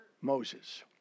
Moses